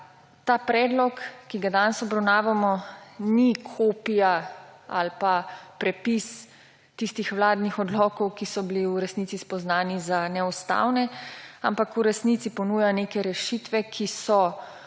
ta predlog, ki ga danes obravnavamo, ni kopija ali pa prepis tistih vladnih odlokov, ki so bili v resnici spoznani za neustavne, ampak v resnici ponuja neke rešitve, ki so,